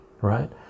right